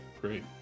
great